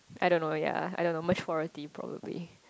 I don't know ya I don't know maturity probably